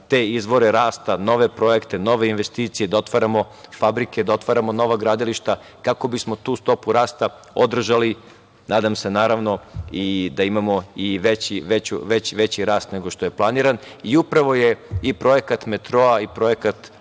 te izvore rasta, nove projekte, nove investicije, da otvaramo fabrike, da otvaramo nova gradilišta kako bismo tu stopu rasta održali. Nadam se naravno i da imamo veći rast nego što je planiran. Upravo je i projekat metroa i projekat